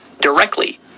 directly